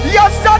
Yes